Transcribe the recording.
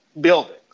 buildings